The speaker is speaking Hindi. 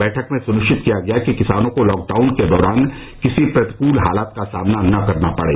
बैठक में सुनिश्चित किया गया कि किसानों को लॉकडाउन के दौरान किसी प्रतिकूल हालात का सामना न करना पड़े